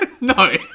No